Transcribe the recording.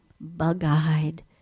bug-eyed